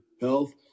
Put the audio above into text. health